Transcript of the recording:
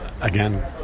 Again